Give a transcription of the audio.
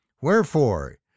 Wherefore